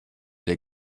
der